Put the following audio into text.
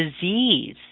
disease